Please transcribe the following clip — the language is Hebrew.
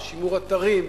שימור אתרים,